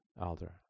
Alder